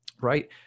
right